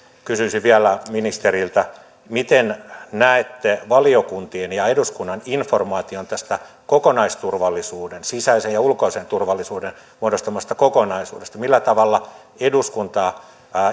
kysyisin vielä ministeriltä miten näette valiokuntien ja eduskunnan informaation tästä kokonaisturvallisuuden sisäisen ja ulkoisen turvallisuuden muodostamasta kokonaisuudesta millä tavalla eduskuntaa